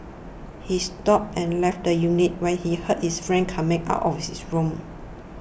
he stopped and left the unit when he heard his friend coming out of his room